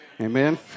Amen